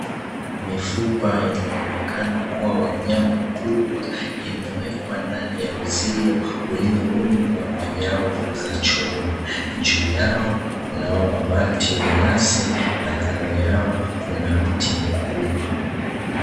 Mifupa inayoonekana kuwa wa mnyama mkubwa imewekwa ndani ya uzio ulioundwa kwa nyavu za chuma. Juu yao kunao mabati wa nyasi na kando yao kuna mti mkubwa.